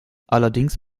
allerdings